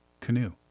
canoe